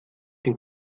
den